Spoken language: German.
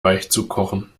weichzukochen